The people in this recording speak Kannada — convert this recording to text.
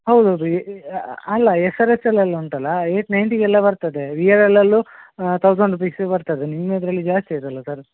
ಹೌದು ಹೌದು ಅಲ್ಲಾ ಎಸ್ ಆರ್ ಎಸ್ಸಲ್ಲಿ ಅಲ್ಲಾ ಉಂಟಲ್ಲ ಏಯ್ಟ್ ನೈನ್ಟಿಗೆ ಎಲ್ಲ ಬರ್ತದೆ ವಿ ಆರ್ ಎಲ್ ಅಲ್ಲೂ ತೌಝಂಡ್ ರುಪೀಸಿಗೆ ಬರ್ತದೆ ನಿಮ್ಮ ಇದರಲ್ಲಿ ಜಾಸ್ತಿ ಆಯಿತಲ್ಲ ಸರ್